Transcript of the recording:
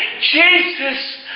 Jesus